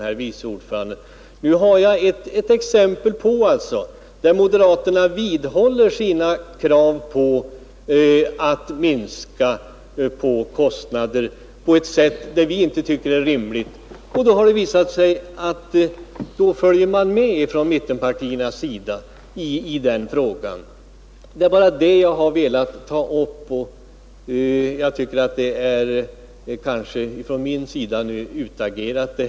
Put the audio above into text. Här har vi redan ett exempel som visar att moderaterna vidhåller sina krav på att kostnaderna skall minskas i ett fall där vi på vårt håll inte tycker det är rimligt, och då följer mittenpartierna med dem. Det är bara detta som jag har velat peka på. Från min sida är den här frågan utagerad.